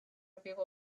people